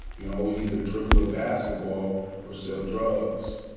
you know, we either dribble a basketball or sell drugs.